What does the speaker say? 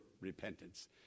repentance